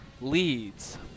leads